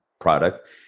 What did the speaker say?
product